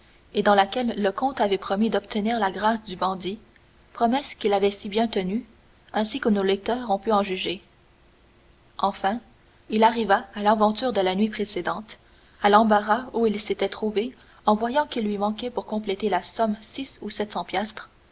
et dans laquelle le comte avait promis d'obtenir la grâce du bandit promesse qu'il avait si bien tenue ainsi que nos lecteurs ont pu en juger enfin il en arriva à l'aventure de la nuit précédente à l'embarras où il s'était trouvé en voyant qu'il lui manquait pour compléter la somme six ou